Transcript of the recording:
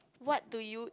what do you